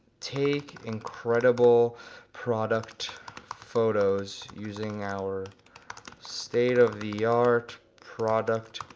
take incredible product photos using our state of the art product